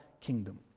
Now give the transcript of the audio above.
kingdom